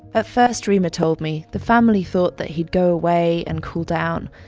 at first, reema told me, the family thought that he'd go away and cool down,